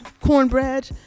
cornbread